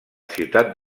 ciutat